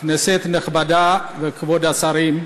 כנסת נכבדה וכבוד השרים,